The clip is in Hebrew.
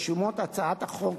ברשומות הצעת החוק